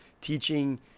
teaching